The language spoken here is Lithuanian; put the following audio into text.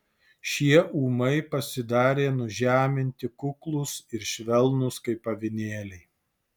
šie ūmai pasidarė nužeminti kuklūs ir švelnūs kaip avinėliai